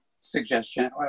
suggestion